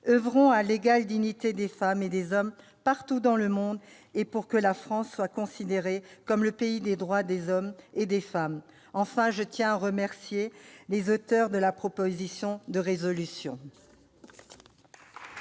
OEuvrons à l'égale dignité des femmes et des hommes partout dans le monde, et pour que la France soit considérée comme le pays des droits des hommes et des femmes. Enfin, je tiens à remercier les auteures de la proposition de résolution.